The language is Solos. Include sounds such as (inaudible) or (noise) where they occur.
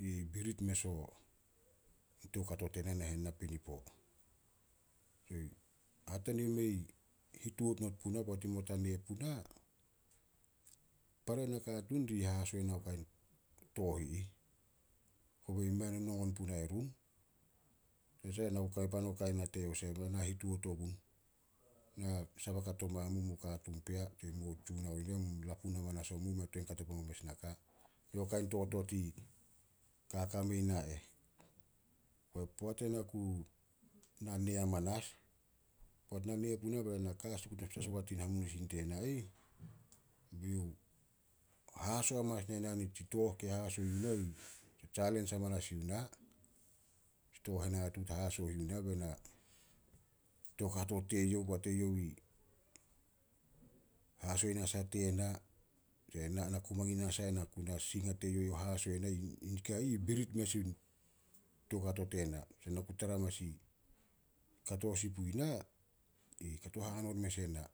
i birit mes (unintelligible) toukato tena nahen napinipo. (unintelligible) Hatania mea hituat not puna poat i mei not a ne puna, para nakatuun ri hahaso na kain tooh i ih. Kobe mei nonongon punai run, tanasah na ku kame pan o kain nate eh (unintelligible) na hituat ogun. (hesitation) Sabah kato mamu katuun pea tse mu tsunaon ire, mu lapun amanas omu mei tuan kato pumao mes naka. Yo kain totot i kaka mei na eh. (hesitation) Poat ena ku na ne hamanas, poat na ne puna bena na ka hasikut petas ogua tin hamunisin tena ih, be youh hahaso hamanas ne na nitsi tooh ke haso yuh (unintelligible) tsalens hamanas yuh na, tsi tooh henatuut haso yuh na. (unintelligible) Toukato teyouh poat e youh i haso nasah tena, tse na- na ku mangin nasah ai na ku na sing a teyouh ai youh i haso na. (unintelligible) Nikai ih birit mes in toukato tena. (unintelligible) Na ku tara hamanas i kato sin pui na, i kato hanon mes ena.